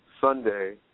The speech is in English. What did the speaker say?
Sunday